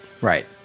Right